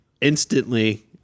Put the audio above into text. instantly